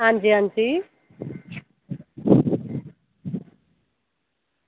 हां जी हां जी